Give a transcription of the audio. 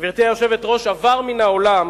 גברתי היושבת-ראש, עבר מן העולם